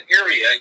area